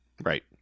Right